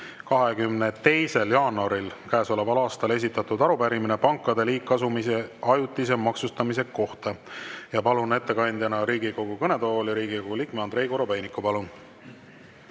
22. jaanuaril käesoleval aastal esitatud arupärimine pankade liigkasumi ajutise maksustamise kohta. Palun ettekandeks Riigikogu kõnetooli Riigikogu liikme Andrei Korobeiniku. Palun!